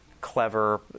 clever